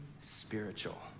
spiritual